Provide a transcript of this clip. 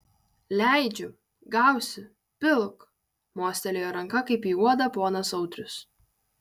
leidžiu gausi pilk mostelėjo ranka kaip į uodą ponas audrius